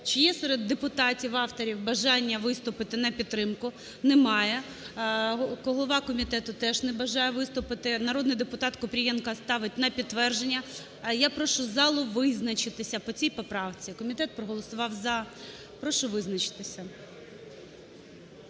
Чи є серед депутатів-авторів бажання виступити на підтримку? Немає. Голова комітету теж не бажає виступити. Народний депутат Купрієнко ставить на підтвердження. Я прошу залу визначитися по цій поправці. Комітет проголосував "за". Прошу визначитися.